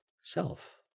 self